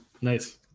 Nice